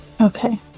okay